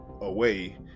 away